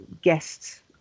guests